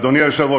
אדוני היושב-ראש,